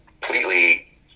completely